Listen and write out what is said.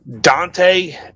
Dante